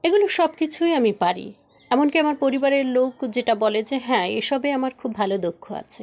এগুলো সব কিছুই আমি পারি এমন কি আমার পরিবারের লোক যেটা বলে যে হ্যাঁ এসবে আমার খুব ভালো দক্ষ আছে